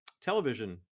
television